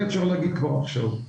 זה אפשר להגיד כבר עכשיו.